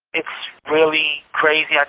it's really crazy.